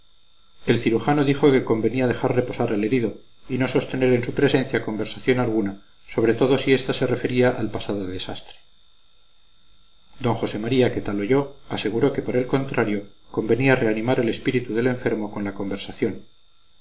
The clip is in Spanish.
el cirujano dijo que convenía dejar reposar al herido y no sostener en su presencia conversación alguna sobre todo si ésta se refería al pasado desastre d josé maría que tal oyó aseguró que por el contrario convenía reanimar el espíritu del enfermo con la conversación